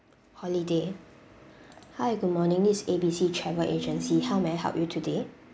holiday hi good morning this is A B C travel agency how may I help you today